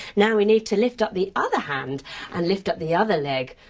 now we need to lift up the other hand and lift up the other leg.